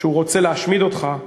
שהוא רוצה להשמיד אותך,